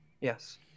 yes